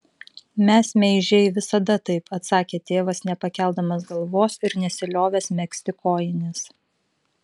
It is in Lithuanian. mes meižiai visada taip atsakė tėvas nepakeldamas galvos ir nesiliovęs megzti kojinės